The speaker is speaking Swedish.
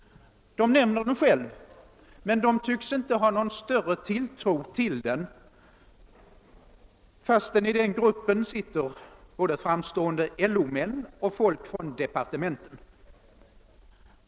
De nämner den själva men de tycks inte hysa någon större tilltro till den, trots att det i den gruppen finns både framstående LO-män och folk från departementen.